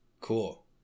Cool